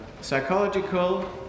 psychological